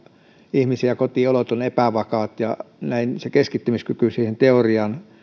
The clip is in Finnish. ihmisiä ja kotiolot ovat epävakaat ja näin se keskittymiskyky siihen teoriaan